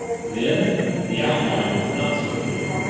then the outline was not so clear.